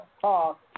talk